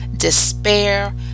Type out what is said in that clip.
despair